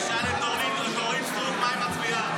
תשאל את אורית סטרוק מה היא מצביעה.